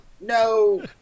no